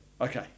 Okay